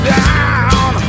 down